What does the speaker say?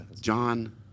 john